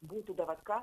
būti davatka